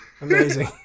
Amazing